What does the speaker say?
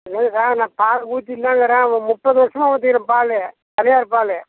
இல்லைங்க சார் நான் பால் ஊத்திகின்னுதான் இருக்கிறேன் முப்பது வருஷமாக ஊத்திக்கிறேன் பால் தனியார் பால்